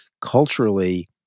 culturally